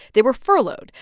they were furloughed,